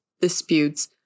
disputes